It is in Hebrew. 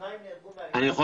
האם הוא יכול --- מי?